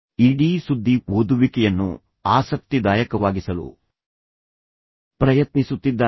ಇಡೀ ಸುದ್ದಿ ಓದುವಿಕೆಯನ್ನು ಆಸಕ್ತಿದಾಯಕವಾಗಿಸಲು ಪ್ರಯತ್ನಿಸುತ್ತಿದ್ದಾರೆ